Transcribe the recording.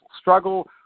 struggle